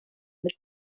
mit